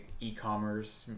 e-commerce